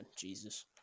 Jesus